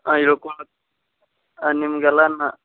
ಹಾಂ ನಿಮ್ಗೆಲ್ಲ ನಾ